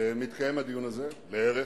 מתקיים הדיון הזה, לערך,